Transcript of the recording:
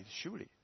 surely